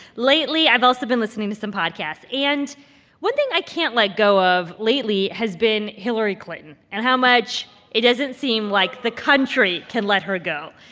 lately, i've also been listening to some podcasts and one thing i can't let go of lately has been hillary clinton and how much it doesn't seem like the country can let her go.